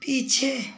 पीछे